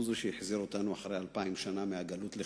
הוא שהחזיר אותנו אחרי אלפיים שנה מהגלות לכאן,